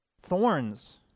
thorns